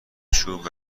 چوب